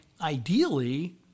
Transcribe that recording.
ideally